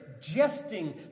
jesting